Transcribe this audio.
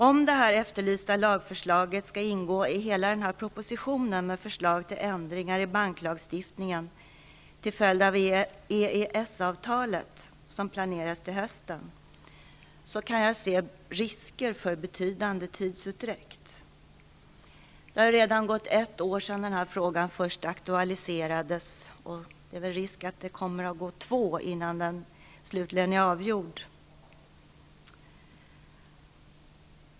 Om det efterlysta lagförslaget skall ingå i den proposition, med förslag till ändringar i banklagstiftningen till följd av EES-avtalet som planeras till hösten, ser jag risker för en betydande tidsutdräkt. Det har redan gått ett år sedan frågan först aktualiserades, och det är risk att det kommer att gå två år innan den slutligen är avgjord.